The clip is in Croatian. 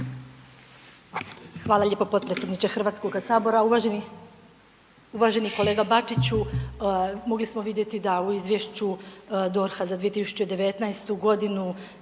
Hvala lijepo potpredsjedniče HS-a, uvaženi kolega Bačiću. Mogli smo vidjeti da u Izvješću DORH-a za 2019. g.